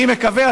אני מקווה,